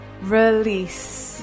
Release